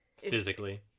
Physically